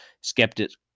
Skeptics